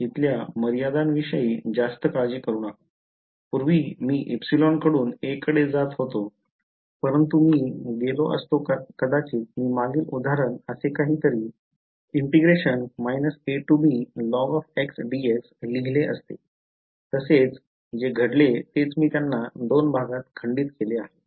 इथल्या मर्यादांविषयी जास्त काळजी करू नका पूर्वी मी εकडून a कडे जात होतो परंतु मी गेलो असतो कदाचित मी मागील उदाहरण असे काहीतरी लिहिले असते तसेच जे घडले तेच मी त्यांना दोन भागत खंडित केले आहे